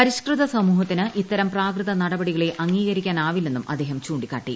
പരിഷ്കൃത സമൂഹത്തിന് ഇത്തരം പ്രാകൃത നടപടികളെ അംഗീകരിക്കാനാവില്ലെന്നും അദ്ദേഹം ചൂണ്ടിക്കാട്ടി